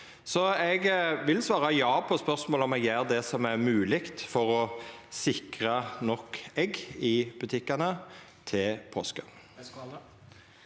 Eg vil svara ja på spørsmålet om eg gjer det som er mogleg for å sikra nok egg i butikkane til påske.